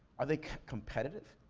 are they competitive?